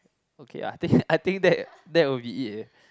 okay ah I think I think that that will be it eh